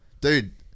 dude